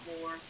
more